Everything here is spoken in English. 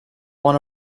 one